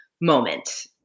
moment